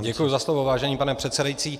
Děkuji za slovo, vážený pane předsedající.